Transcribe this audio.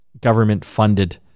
government-funded